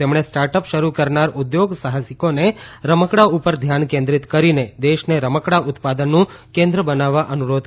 તેમણે સ્ટાર્ટઅપ શરૂ કરનાર ઉદ્યોગ સાહસિકોને રમકડા ઉપર ધ્યાન કેન્દ્રિત કરીને દેશને રમકડા ઉત્પાદનનું કેન્દ્ર બનાવવા અનુરોધ કર્યો હતો